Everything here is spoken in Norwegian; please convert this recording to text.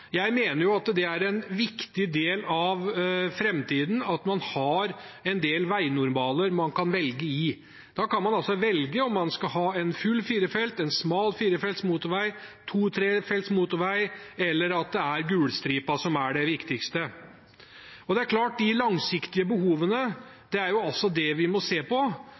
Jeg mener det er en viktig del av framtiden at man har en del veinormaler å velge i. Da kan man velge om man skal ha en full firefelts-, en smal firefelts, en to-/trefelts, eller om det er gulstripa som er det viktigste. Det er de langsiktige behovene vi må se på. Det som er utfordringen i dag, er at man ofte ser på